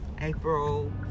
April